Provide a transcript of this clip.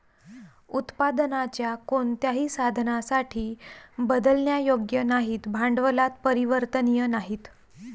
उत्पादनाच्या कोणत्याही साधनासाठी बदलण्यायोग्य नाहीत, भांडवलात परिवर्तनीय नाहीत